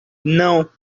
não